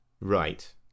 Right